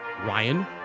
Ryan